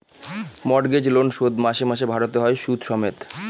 mortgage loan শোধ মাসে মাসে ভারতে হয় সুদ সমেত